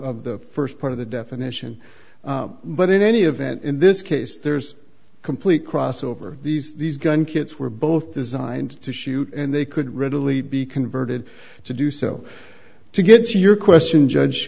of the first part of the definition but in any event in this case there's complete crossover these these gun kits were both designed to shoot and they could readily be converted to do so to get your question judge